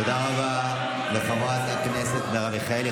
תודה רבה לחברת הכנסת מרב מיכאלי.